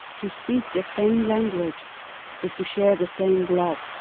to speak the same language is to share the same blood,